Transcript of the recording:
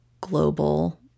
global